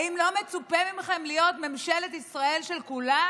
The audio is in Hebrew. האם לא מצופה מכם להיות ממשלת ישראל של כולם?